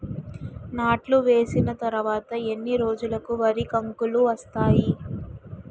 నాట్లు వేసిన తర్వాత ఎన్ని రోజులకు వరి కంకులు వస్తాయి?